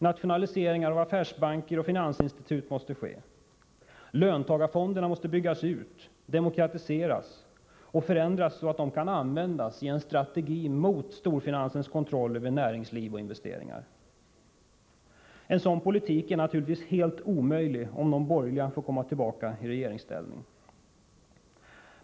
Nationaliseringar av affärsbanker och finansinstitut måste ske. Löntagarfonderna måste byggas ut, demokratiseras och förändras så att de kan användas i en strategi mot storfinansens kontroll över näringsliv och investeringar. En sådan politik är naturligtvis helt omöjlig om de borgerliga får komma tillbaka i regeringsställning.